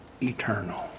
eternal